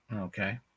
Okay